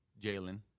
Jalen